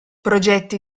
progetti